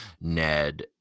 Ned